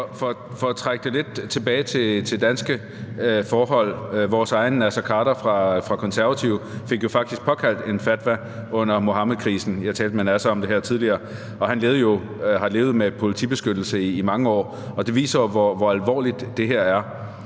For at trække det lidt tilbage til danske forhold: Vores egen Naser Khader fra Konservative fik jo faktisk påkaldt en fatwa under Muhammedkrisen. Jeg talte med Naser Khader om det her tidligere, og han har jo levet med politibeskyttelse i mange år. Det viser jo, hvor alvorligt det her er.